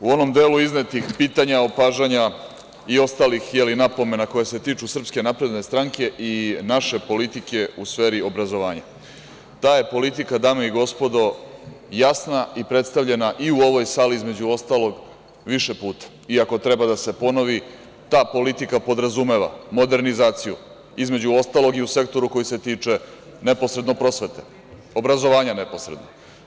U onom delu iznetih pitanja, opažanja i ostalih napomena koje se tiču SNS i naše politike u sferi obrazovanja, ta je politika, dame i gospodo, jasna i predstavljena i u ovoj sali, između ostalog, više puta, i ako treba da se ponovi, ta politika podrazumeva modernizaciju, između ostalog, i u sektoru koji se tiču neposredno prosvete, obrazovanja neposredno.